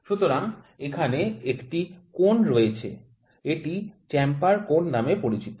সুতরাং এখানে একটি কোণ রয়েছে এটি চ্যাম্পার কোণ নামে পরিচিত